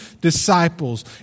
disciples